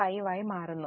5 ആയി മാറുന്നു